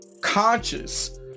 conscious